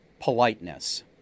politeness